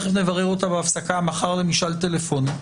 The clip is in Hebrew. נברר בהפסקה, של משאל טלפוני מחר.